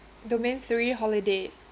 domain three holiday